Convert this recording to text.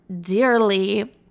dearly